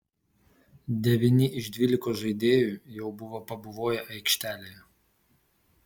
devyni iš dvylikos žaidėjų jau buvo pabuvoję aikštelėje